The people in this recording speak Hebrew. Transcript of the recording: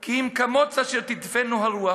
כי אם כמֹץ אשר תדפנו רוח.